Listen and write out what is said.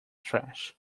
trash